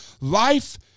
Life